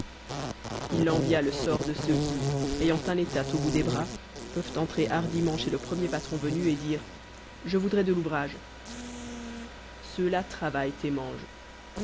il envia le sort de ceux qui ayant un état au bout des bras peuvent entrer hardiment chez le premier patron venu et dire je voudrais de l'ouvrage ceux-là travaillent et mangent